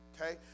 Okay